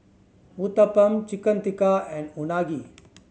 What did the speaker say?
Uthapam Chicken Tikka and Unagi